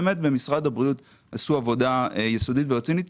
גם במשרד הבריאות עשו עבודה יסודית ורצינית.